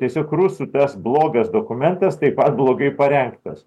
tiesiog rusų tas blogas dokumentas taip pat blogai parengtas